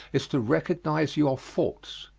is to recognize your faults.